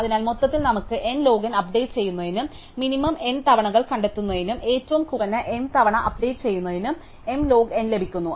അതിനാൽ മൊത്തത്തിൽ നമുക്ക് n ലോഗ് n അപ്ഡേറ്റ് ചെയ്യുന്നതിനും മിനിമം n തവണകൾ കണ്ടെത്തുന്നതിനും ഏറ്റവും കുറഞ്ഞ m തവണ അപ്ഡേറ്റുചെയ്യുന്നതിന് m ലോഗ് n ലഭിക്കുന്നു